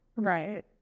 right